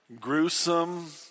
gruesome